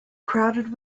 crowded